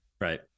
Right